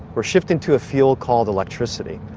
we're shifting to a fuel called electricity.